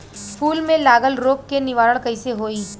फूल में लागल रोग के निवारण कैसे होयी?